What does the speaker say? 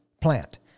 plant